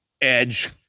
Edge